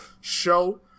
show